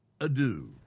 adieu